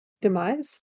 demise